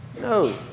No